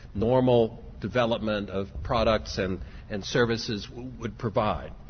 normal development of products and and services would would provide.